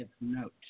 note